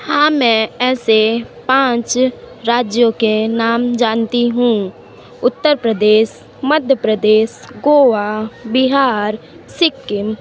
हाँ मैं ऐसे पाँच राज्यों के नाम जानती हूँ उत्तर प्रदेश मध्य प्रदेश गोवा बिहार सिक्किम